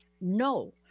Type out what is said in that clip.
No